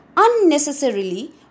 unnecessarily